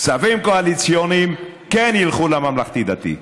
כספים קואליציוניים כן ילכו לממלכתי-דתי.